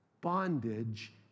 bondage